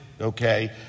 Okay